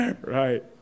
Right